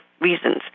reasons